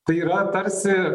tai yra tarsi